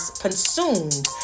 consumed